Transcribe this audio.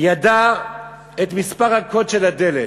ידע את מספר הקוד של הדלת.